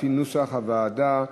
לפי נוסח הוועדה.